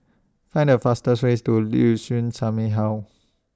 Find The fastest ways to Liuxun